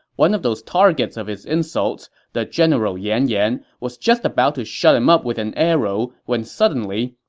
one of those targets of his insults, the general yan yan, was just about to shut him up with an arrow when suddenly,